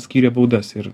skyrė baudas ir